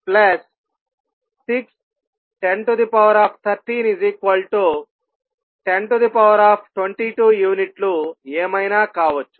107ప్లస్ 6 1013 1022 యూనిట్లు ఏమైనా కావచ్చు